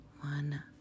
one